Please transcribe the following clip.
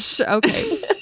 Okay